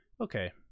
okay